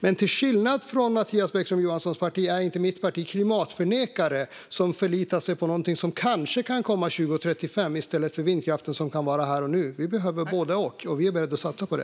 Men till skillnad från Mattias Bäckström Johanssons parti är inte mitt parti klimatförnekare som förlitar sig på något som kanske kan komma 2035 i stället för vindkraften, som vi har här och nu. Vi behöver både och, och vi är beredda att satsa på det.